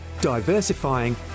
diversifying